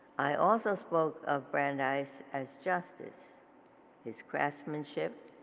i also spoke of brandeis as justice his craftsmanship,